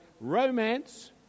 romance